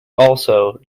also